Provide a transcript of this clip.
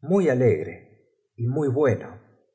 muy alegre y muy bueno